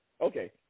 Okay